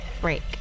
break